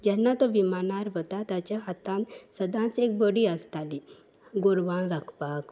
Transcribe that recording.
जेन्ना तो विमानार वता ताच्या हातान सदांच एक बडी आसताली गोरवां राखपाक